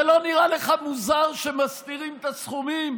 זה לא נראה לך מוזר שמסתירים את הסכומים?